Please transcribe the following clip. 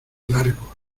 largo